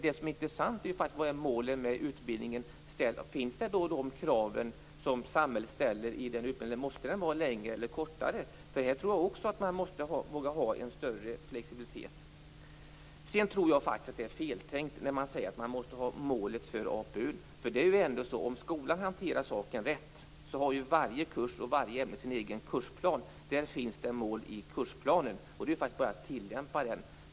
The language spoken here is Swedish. Det intressanta är ju vad målen med utbildningen är. Finns de krav som samhället ställer med i utbildningen, eller måste den vara längre eller kortare? Jag tror att man måste våga ha en större flexibilitet här också. Sedan tror jag faktiskt att det är feltänkt när man säger att man måste ha mål för APU. Om skolan hanterar saken rätt har varje kurs och varje ämne sin egen kursplan. Det finns mål i kursplanen. Det är bara att tillämpa den.